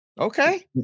Okay